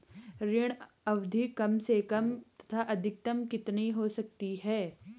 ऋण अवधि कम से कम तथा अधिकतम कितनी हो सकती है?